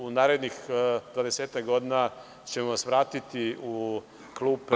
U narednih dvadesetak godina ćemo vas vratiti u klupe…